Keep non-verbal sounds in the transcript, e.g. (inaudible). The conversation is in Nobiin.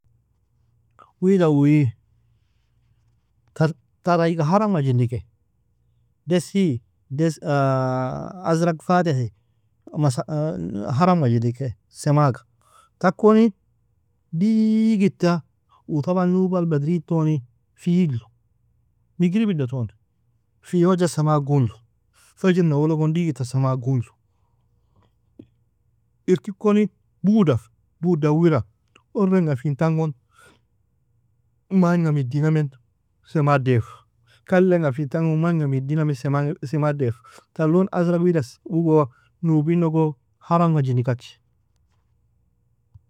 Weeda uui, tar tar iga haramga jilike, desi des (hesitation) ازرق فاتح (unintelligible) haramga jilike, semaga, takoni, digita uue طبعا nubal bedriltoni fiyiglu, meribidotoni, fiyoja sema gugnlu, fejirn awol logon digita sama gugnlu, irkikoni buuda, buud dawira, urainga fintan gon (noise) magnga mediname sema daifa, kalinga fintan goni magnga mediname sema sema daifa, tar لون ازرق wida (unintelligible) nubinogo haramga jilikache.